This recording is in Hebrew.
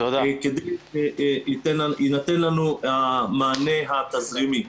כדי שיינתן לנו המענה התזרימי.